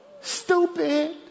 Stupid